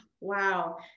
wow